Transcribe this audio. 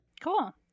Cool